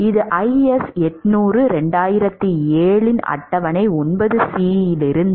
இது IS 800 2007 இன் அட்டவணை 9c அட்டவணை